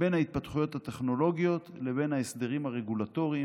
בין ההתפתחויות הטכנולוגיות לבין ההסדרים הרגולטוריים